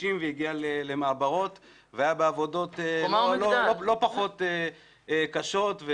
והגיע למעברות והיה בעבודות לא פחות קשות.